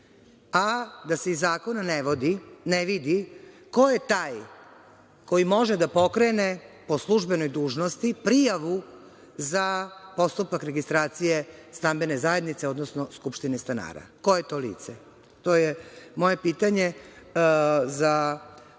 a da se u zakonu ne vidi ko je taj koji može da pokrene po službenoj dužnosti prijavu za postupak registracije stambene zajednice, odnosno skupštine stanara. Ko je to lice? To je moje pitanje za